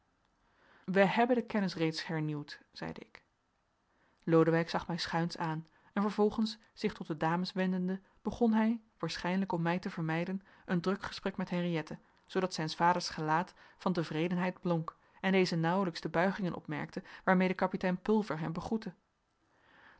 wij hebben de kennis reeds hernieuwd zeide ik lodewijk zag mij schuins aan en vervolgens zich tot de dames wendende begon hij waarschijnlijk om mij te vermijden een druk gesprek met henriëtte zoodat zijns vaders gelaat van tevredenheid blonk en deze nauwelijks de buigingen opmerkte waarmede kapitein pulver hem begroette